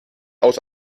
aus